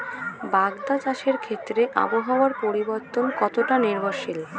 বাগদা চাষের ক্ষেত্রে আবহাওয়ার পরিবর্তন কতটা নির্ভরশীল?